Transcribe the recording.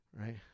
right